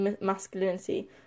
masculinity